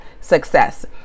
success